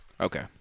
Okay